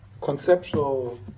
Conceptual